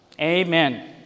Amen